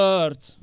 earth